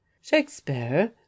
shakespeare